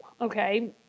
okay